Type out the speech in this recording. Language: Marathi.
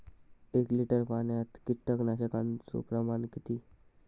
एक लिटर पाणयात कीटकनाशकाचो प्रमाण किती?